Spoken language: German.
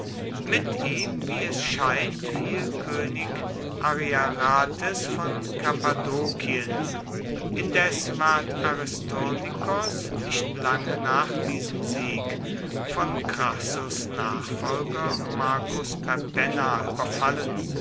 mit ihm wie es scheint fiel könig ariarathes von kappadokien indes ward aristonikos nicht lange nach diesem siege von crassus nachfolger marcus perpenna überfallen